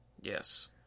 yes